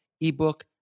eBook